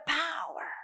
power